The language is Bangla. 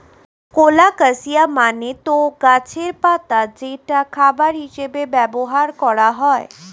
কলোকাসিয়া মানে তো গাছের পাতা যেটা খাবার হিসেবে ব্যবহার করা হয়